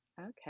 Okay